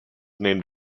named